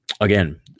again